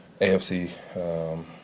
AFC